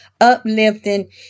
uplifting